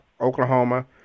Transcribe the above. Oklahoma